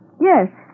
yes